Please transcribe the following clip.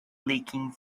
leaking